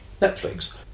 Netflix